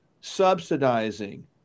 subsidizing